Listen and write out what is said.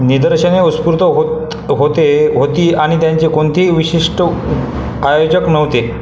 निदर्शने उत्स्फूर्त होत होते होती आणि त्यांचे कोणतेही विशिष्ट आयोजक नव्हते